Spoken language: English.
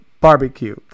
barbecue